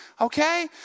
okay